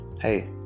hey